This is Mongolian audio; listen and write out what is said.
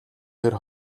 тэр